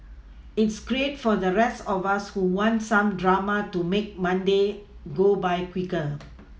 it's great for the rest of us who want some drama to make Monday go by quicker